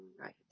Right